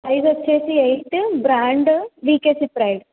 size వచ్చేసి eight brand VKC pride